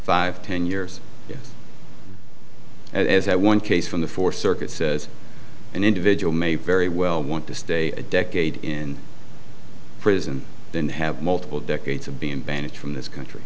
five ten years as one case from the fourth circuit says an individual may very well want to stay a decade in prison then have multiple decades of being banished from this country